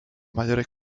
mayores